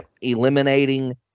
eliminating